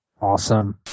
awesome